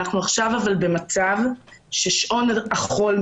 אבל אנחנו במצב ששעון החול,